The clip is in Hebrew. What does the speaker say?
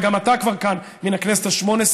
וגם אתה גם כאן מהכנסת השמונה-עשרה,